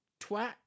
twat